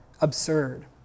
absurd